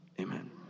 Amen